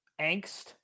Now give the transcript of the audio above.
angst